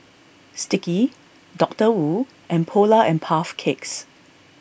Sticky Doctor Wu and Polar and Puff Cakes